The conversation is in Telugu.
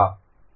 a